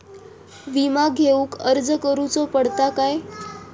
विमा घेउक अर्ज करुचो पडता काय?